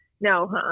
No